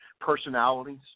personalities